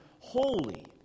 holy